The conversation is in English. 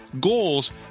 goals